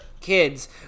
Kids